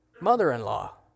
mother-in-law